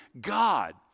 God